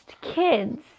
kids